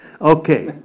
Okay